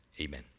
Amen